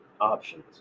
options